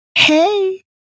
Hey